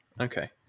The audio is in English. Okay